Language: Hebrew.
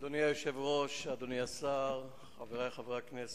אדוני היושב-ראש, אדוני השר, חברי חברי הכנסת,